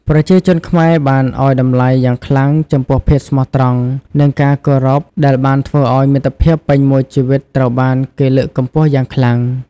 ប្រជាជនខ្មែរបានឲ្យតម្លៃយ៉ាងខ្លាំងចំពោះភាពស្មោះត្រង់និងការគោរពដែលបានធ្វើឲ្យមិត្តភាពពេញមួយជីវិតត្រូវបានគេលើកតម្កើងយ៉ាងខ្លាំង។